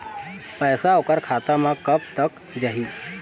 पैसा ओकर खाता म कब तक जाही?